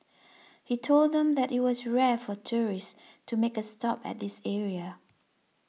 he told them that it was rare for tourists to make a stop at this area